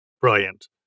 brilliant